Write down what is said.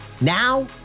Now